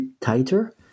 tighter